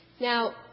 Now